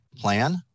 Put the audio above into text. plan